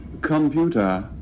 Computer